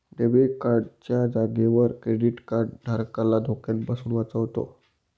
debit card च्या जागेवर credit card धारकाला धोक्यापासून वाचवतो